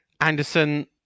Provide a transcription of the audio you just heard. Anderson